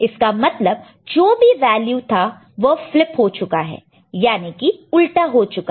इसका मतलब जो भी वैल्यू था वह फ्लिप हो चुका है यानी कि उल्टा हो चुका है